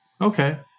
Okay